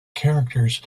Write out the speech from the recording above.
characters